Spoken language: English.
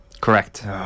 Correct